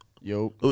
Yo